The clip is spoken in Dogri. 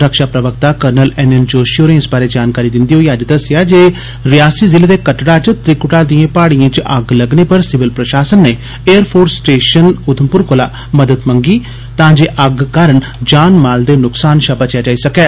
रक्षा प्रवक्ता कर्नल एन एन जोशी होरे इस बारै जानकारी दिन्दे होई अज्ज दस्सेआ जे रियासी जिले दे कटड़ा च त्रिकुटा दिएं पहाड़िएं च अग्ग लगने पर सिविल प्रशासन नै एयर फोर्स स्टेशन कोला मदद मंगी ही तां जे अग्ग कारण जानमाल दे नुक्सान शा बचेआ जाई सकै